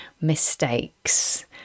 mistakes